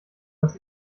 das